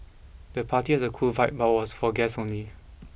the party had a cool vibe but was for guests only